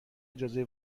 اجازه